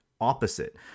opposite